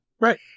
Right